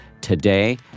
today